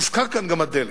הוזכר כאן גם הדלק,